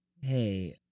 hey